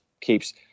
keeps